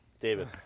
David